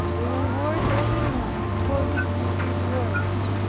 will reward every man according to his works.